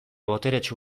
boteretsu